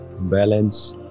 balance